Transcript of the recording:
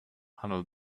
handle